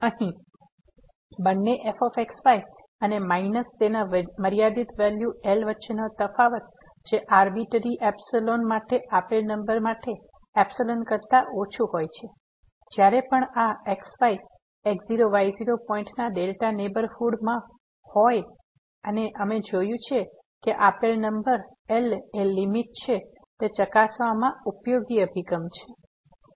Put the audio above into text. તેથી અહીં બંને fx y અને માઈનસ તેના મર્યાદિત વેલ્યુ L વચ્ચેનો તફાવત જે આરબીટરી એપ્સીલોન માટે આપેલ નંબર માટે અપ્સીલોન કરતા ઓછુ હોય છે જ્યારે પણ આ x y x0 y0 પોઈન્ટના ડેલ્ટા નેહબરહુડમાં હોય અને અમે જોયું છે કે આપેલ નંબર L એ લીમીટ છે તે ચકાસવામાં આ અભિગમ ઉપયોગી છે